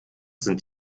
sind